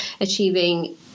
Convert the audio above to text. achieving